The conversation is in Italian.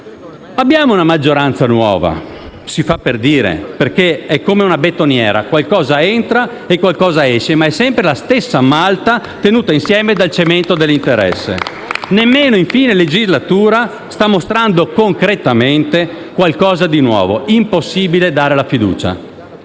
Abbiamo una maggioranza nuova. Si fa per dire, perché è come una betoniera: qualcosa entra e qualcosa esce ma è sempre la stessa malta tenuta insieme dal cemento dell'interesse. Neanche a fine legislatura sta mostrando concretamente qualcosa di nuovo. È dunque impossibile dare la fiducia.